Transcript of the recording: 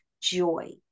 joy